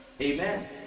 Amen